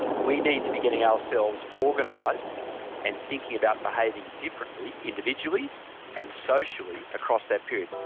we need to be getting ourselves organised and thinking about behaving differently individually and socially across that period.